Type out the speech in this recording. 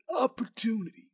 opportunity